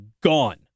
gone